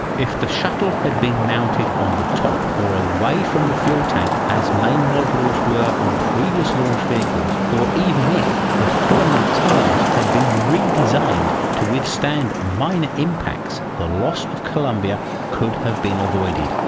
if the shuttle had been mounted on the top or away from the fuel tank as main modules were on previous launch vehicles or even if the thermal tiles had been redesigned to withstand minor impacts the loss of columbia could have been avoided.